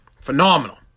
Phenomenal